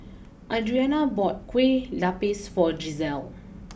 Adrianna bought Kueh Lupis for Gisselle